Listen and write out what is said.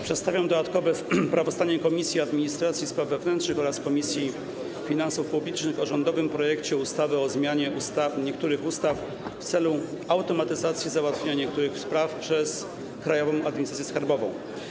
Przedstawiam dodatkowe sprawozdanie Komisji Administracji i Spraw Wewnętrznych oraz Komisji Finansów Publicznych o rządowym projekcie ustawy o zmianie niektórych ustaw w celu automatyzacji załatwiania niektórych spraw przez Krajową Administrację Skarbową.